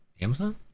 Amazon